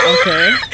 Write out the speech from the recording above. Okay